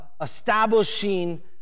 establishing